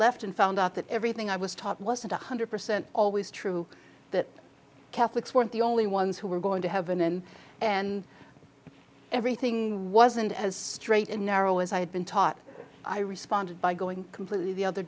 left and found out that everything i was taught wasn't one hundred percent always true that catholics weren't the only ones who were going to have an end and everything wasn't as straight and narrow as i had been taught i responded by going completely the other